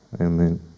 Amen